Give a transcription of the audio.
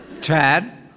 Tad